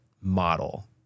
model